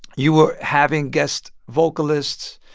you were having guest vocalists,